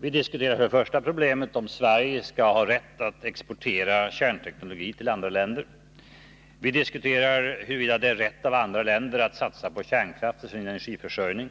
Vi diskuterar för det första problemet om Sverige skall ha rätt att exportera kärnteknologi till andra länder. Vi diskuterar för det andra huruvida det är rätt av andra länder att satsa på kärnkraft i sin energiförsörjning.